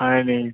হয়নি